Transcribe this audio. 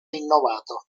rinnovato